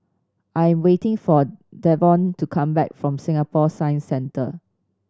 I am waiting for Devaughn to come back from Singapore Science Centre